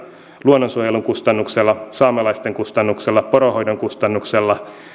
luonnonsuojelun kustannuksella saamelaisten kustannuksella poronhoidon kustannuksella